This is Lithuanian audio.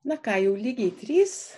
na ką jau lygiai trys